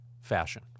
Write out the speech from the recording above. fashion